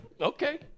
Okay